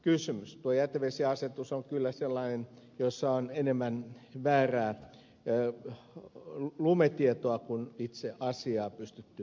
tuo jätevesiasetus on kyllä sellainen jossa on enemmän väärää lumetietoa kuin itse asiaa pystytty käsittelemään